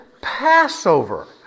Passover